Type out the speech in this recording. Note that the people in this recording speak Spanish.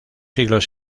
siglos